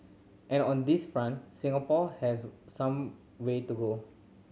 and on this front Singapore has some way to go